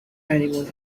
honeymoon